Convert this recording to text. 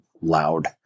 loud